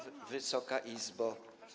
Wysoka Izbo!